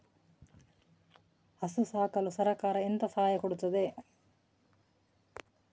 ಹಸು ಸಾಕಲು ಸರಕಾರ ಎಂತ ಸಹಾಯ ಕೊಡುತ್ತದೆ?